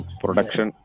production